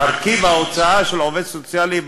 מרכיב ההוצאה של עובד סוציאלי,